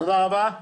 תודה רבה.